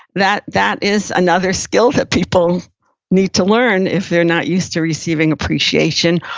that that is another skill that people need to learn if they're not used to receiving appreciation,